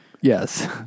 Yes